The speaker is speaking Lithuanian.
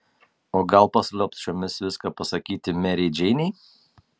o gal paslapčiomis viską pasakyti merei džeinei